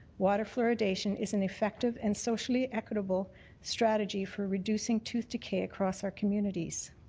water fluoridation is an effective and socially equitable strategy for reducing tooth decay across our communities.